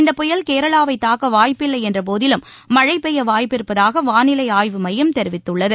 இந்த புயல் கேரளாவை தாக்க வாய்ப்பில்லை என்ற போதிலும் மழை பெய்ய வாய்ப்பிருப்பதாக வானிலை ஆய்வு மையம் தெரிவித்துள்ளது